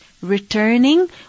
returning